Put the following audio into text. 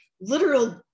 literal